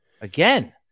again